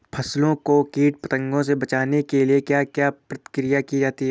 फसलों को कीट पतंगों से बचाने के लिए क्या क्या प्रकिर्या की जाती है?